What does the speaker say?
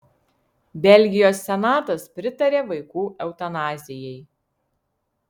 belgijos senatas pritarė vaikų eutanazijai